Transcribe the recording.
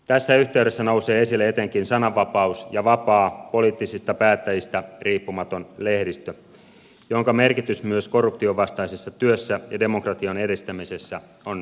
tässä yhteydessä nousee esille etenkin sananvapaus ja vapaa poliittisista päättäjistä riippumaton lehdistö jonka merkitys myös korruption vastaisessa työssä ja demokratian edistämisessä on keskeinen